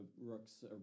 Rook's